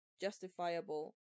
justifiable